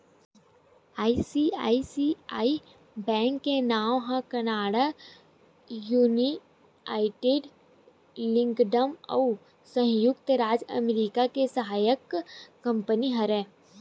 ICICI bank के नांव ह कनाड़ा, युनाइटेड किंगडम अउ संयुक्त राज अमरिका के सहायक कंपनी हरय